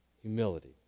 Humility